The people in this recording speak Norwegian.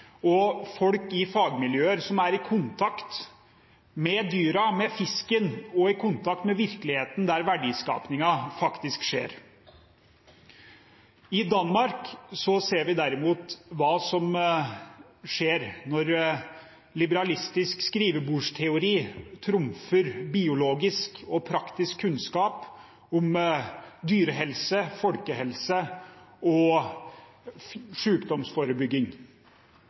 og folk i fagmiljøer som er i kontakt med dyrene og fisken og i kontakt med virkeligheten der verdiskapingen faktisk skjer. I Danmark ser vi derimot hva som skjer når liberalistisk skrivebordsteori trumfer biologisk og praktisk kunnskap om dyrehelse, folkehelse og